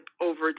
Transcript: over